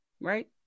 right